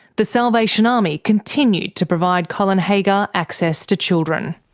the salvation army continued to provide colin haggar access to children.